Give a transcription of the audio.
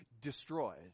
destroyed